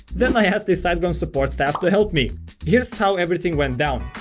then i asked the siteground support staff to help me here's how everything went down.